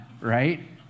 right